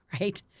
right